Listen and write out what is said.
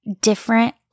different